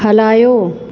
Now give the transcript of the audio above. हलायो